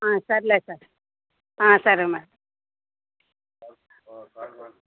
సరే సార్ సరే మ్యాడమ్